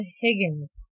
Higgins